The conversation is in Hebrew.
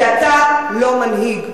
כי אתה לא מנהיג.